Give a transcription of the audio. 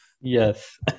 yes